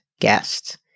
guest